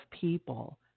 people